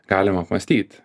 galima apmąstyti